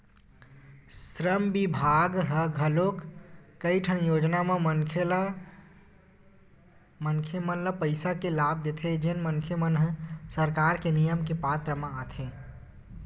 श्रम बिभाग ह घलोक कइठन योजना म मनखे मन ल पइसा के लाभ देथे जेन मनखे मन ह सरकार के नियम के पात्र म आथे